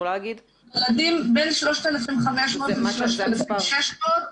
נולדים בין 3,500 ל-3,600,